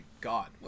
God